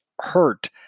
hurt